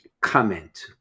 comment